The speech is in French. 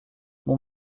mon